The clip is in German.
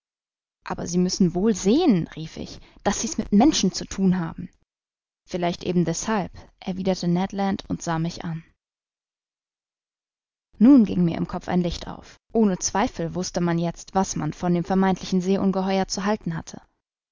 aber sie müssen wohl sehen rief ich daß sie's mit menschen zu thun haben vielleicht eben deshalb erwiderte ned land und sah mich an nun ging mir im kopf ein licht auf ohne zweifel wußte man jetzt was man von dem vermeintlichen seeungeheuer zu halten hatte